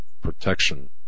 protection